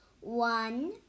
One